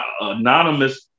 anonymous